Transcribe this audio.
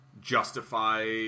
justify